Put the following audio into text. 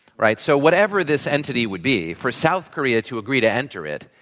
right? so, whatever this entity would be, for south korea to agree to enter it,